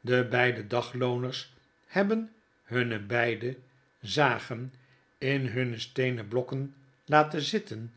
de beide daglooners hebben hunne beide zagen in hunne steenen blokken laten zitten